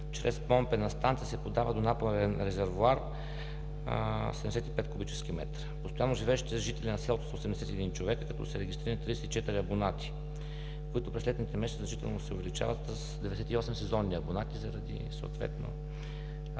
чрез помпена станция се подава до напорен резервоар 75 куб. м. Постоянно живеещите жители на селото са 81 човека, като са регистрирани 34 абонати, които през летните месеци значително се увеличават – на 98 сезонни абонати, съответно